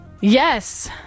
Yes